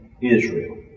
Israel